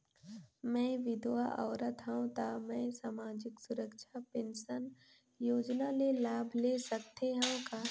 मैं विधवा औरत हवं त मै समाजिक सुरक्षा पेंशन योजना ले लाभ ले सकथे हव का?